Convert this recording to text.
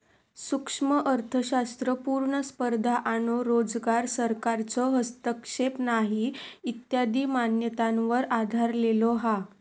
सूक्ष्म अर्थशास्त्र पुर्ण स्पर्धा आणो रोजगार, सरकारचो हस्तक्षेप नाही इत्यादी मान्यतांवर आधरलेलो हा